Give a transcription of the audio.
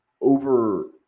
over